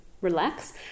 relax